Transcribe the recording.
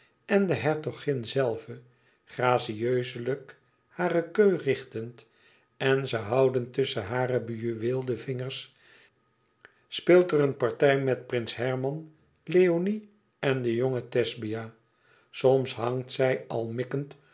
en de hertogin zelve gracienzelijk hare keu richtend en ze houdend tusschen hare bejuweelde vingers speelt er een partij met prins herman leoni en den jongen thesbia soms hangt zij al mikkend